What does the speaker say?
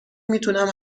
میتونم